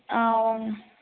ஆ உங்க